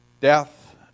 death